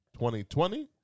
2020